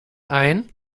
ein